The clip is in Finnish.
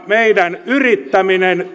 meidän yrittämisen